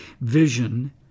vision